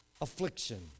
affliction